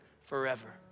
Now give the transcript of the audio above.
forever